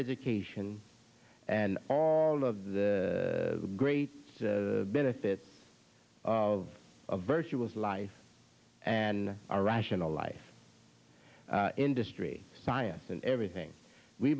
education and all of the great benefit of a virtuous life and our rational life industry science and everything we